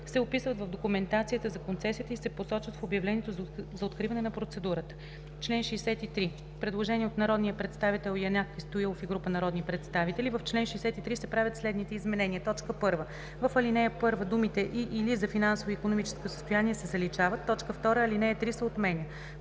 се описват в документацията за концесията и се посочват в обявлението за откриване на процедурата.“ Член 63. Предложение от народния представител Янаки Стоилов и група народни представители: „В чл. 63 се правят следните изменения: 1. В ал. 1 думите „и/или за финансово и икономическо състояние“ се заличават. 2. Алинея 3 се отменя.“